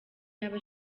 yaba